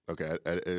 Okay